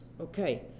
Okay